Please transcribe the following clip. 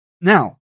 Now